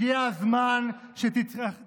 הגיע הזמן שתהיה דמוקרטיה.